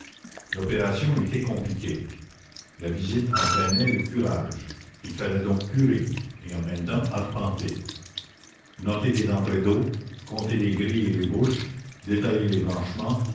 l'opération était compliquée la visite entraînait le curage il fallait donc curer et en même temps arpenter noter les entrées d'eau compter les grilles et les bouches détailler les branchements